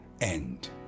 end